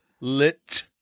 lit